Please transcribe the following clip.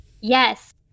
yes